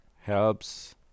helps